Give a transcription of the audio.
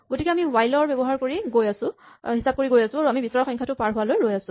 গতিকে আমি হুৱাইল ব্যৱহাৰ কৰি হিচাপ কৰি গৈ আছো আৰু আমি বিচৰা সংখ্যাটো পাৰ হোৱালৈ ৰৈ আছো